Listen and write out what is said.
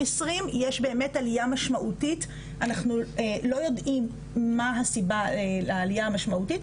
יש באמת עלייה משמעותית אנחנו לא יודעים מה הסיבה לעלייה המשמעותית,